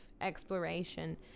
exploration